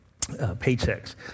paychecks